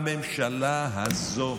הממשלה הזאת